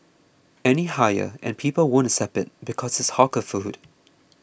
any higher and people won't accept it because it's hawker food